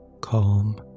Calm